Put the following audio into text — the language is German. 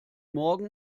morgen